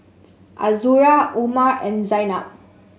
Azura Umar and Zaynab